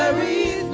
me